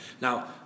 Now